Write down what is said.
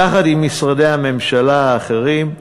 יחד עם משרדי הממשלה האחרים,